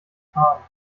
faden